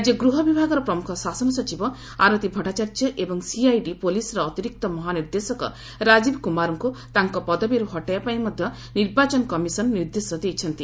ରାଜ୍ୟ ଗୃହ ବିଭାଗର ପ୍ରମୁଖ ଶାସନ ସଚିବ ଆରତୀ ଭଟ୍ଟାଚାର୍ଯ୍ୟ ଏବଂ ସିଆଇଡି ପୋଲିସ୍ର ଅତିରିକ୍ତ ମହାନିର୍ଦ୍ଦେଶକ ରାଜୀବ କୁମାରଙ୍କୁ ତାଙ୍କ ପଦବୀରୁ ହଟାଇବା ପାଇଁ ମଧ୍ୟ ନିର୍ବାଚନ କମିଶନ ନିର୍ଦ୍ଦେଶ ଦେଇଛନ୍ତି